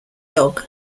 dog